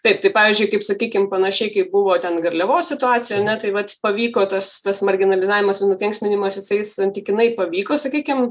taip tai pavyzdžiui kaip sakykim panašiai kaip buvo ten garliavos situacijoj ane tai vat pavyko tas tas marginalizavimas nukenksminimas jisai santykinai pavyko sakykim